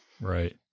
Right